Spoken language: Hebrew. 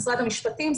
משרד המשפטים,